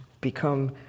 become